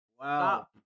Wow